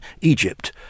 Egypt